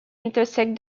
intersect